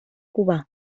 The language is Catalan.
cubà